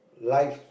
life